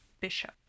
bishop